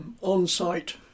on-site